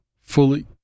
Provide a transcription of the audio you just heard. Fully